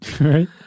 Right